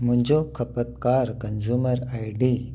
मुंहिंजो खपतकार consumer I D